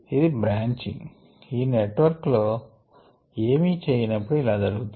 ఇది బ్రాంచింగ్ ఈ network లో ఏమి చేయనప్పుడు ఇలా జరుగుతుంది